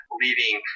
leaving